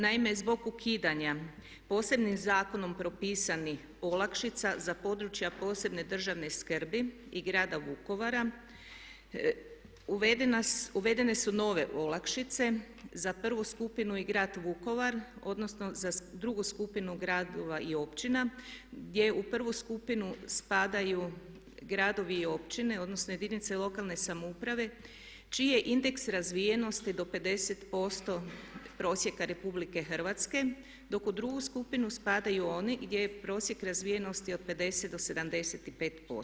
Naime, zbog ukidanja posebnim zakonom propisanih olakšica za područja posebne državne skrbi i grada Vukovara uvedene su nove olakšice za prvu skupinu i grad Vukovar odnosno za drugu skupinu gradova i općina gdje u prvu skupinu spadaju gradovi i općine, odnosno jedinice lokalne samouprave čiji je indeks razvijenosti do 50% prosjeka Republike Hrvatske, dok u drugu skupinu spadaju oni gdje je prosjek razvijenosti od 50 do 75%